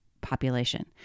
population